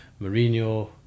Mourinho